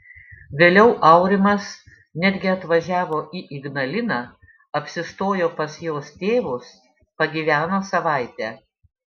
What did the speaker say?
vėliau aurimas netgi atvažiavo į ignaliną apsistojo pas jos tėvus pagyveno savaitę